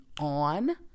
on